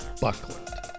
Buckland